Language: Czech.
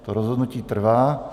To rozhodnutí trvá.